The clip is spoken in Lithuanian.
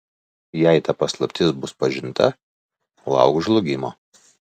jei ta paslaptis bus pažinta lauk žlugimo